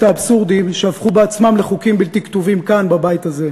האבסורדים שהפכו בעצמם לחוקים בלתי כתובים כאן בבית הזה.